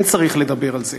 כן צריך לדבר על זה,